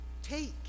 take